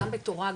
גם בתורה,